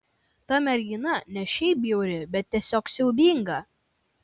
ta mergina ne šiaip bjauri ji tiesiog siaubinga